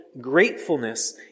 gratefulness